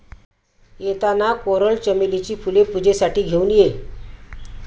येताना कोरल चमेलीची फुले पूजेसाठी घेऊन ये